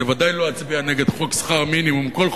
אני ודאי לא אצביע נגד חוק שכר מינימום.